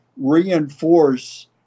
reinforce